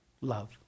Love